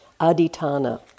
Aditana